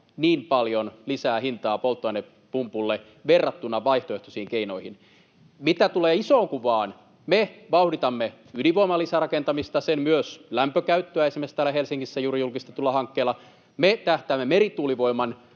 niin paljon lisää hintaa polttoainepumpulla, verrattuna vaihtoehtoisiin keinoihin. Mitä tulee isoon kuvaan: me vauhditamme ydinvoiman lisärakentamista, myös sen lämpökäyttöä esimerkiksi täällä Helsingissä juuri julkistetulla hankkeella. Me tähtäämme merituulivoiman